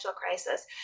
crisis